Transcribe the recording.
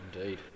Indeed